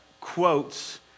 quotes